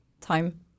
time